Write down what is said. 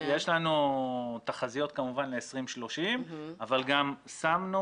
יש לנו תחזיות כמובן ל-2030 אבל גם שמנו